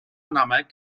намайг